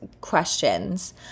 questions